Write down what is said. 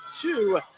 two